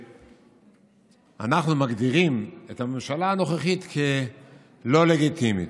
שאנחנו מגדירים את הממשלה הנוכחית כלא לגיטימית,